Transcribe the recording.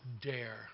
dare